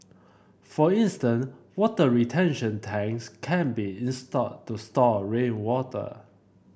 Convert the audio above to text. for instance water retention tanks can be installed to store rainwater